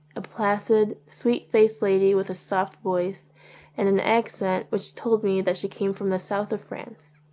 a placid, sweet-faced lady with a soft voice and an accent which told me that she came from the south of france.